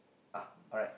uh correct